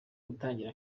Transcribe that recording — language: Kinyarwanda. gutangira